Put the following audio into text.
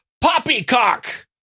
poppycock